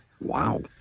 Wow